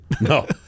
No